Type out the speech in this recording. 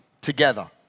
together